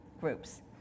Groups